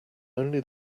only